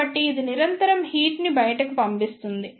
కాబట్టి ఇది నిరంతరం హీట్ ని బయటకు పంపిస్తుంది